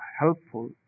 helpful